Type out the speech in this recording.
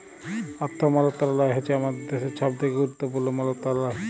অথ্থ মলত্রলালয় হছে আমাদের দ্যাশের ছব থ্যাকে গুরুত্তপুর্ল মলত্রলালয়